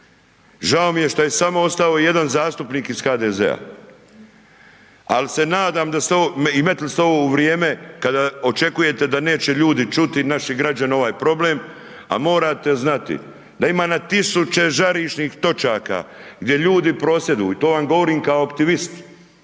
žao mi je što je samo ostao jedan zastupnik iz HDZ-a, ali se nadam i metli ste ovo u vrijeme kada očekujete da neće ljudi čuti i naši građani ovaj problem, a morate znati da ima na 1.000 žarišnih točaka gdje ljudi prosvjeduju, to vam govorim kao optimist,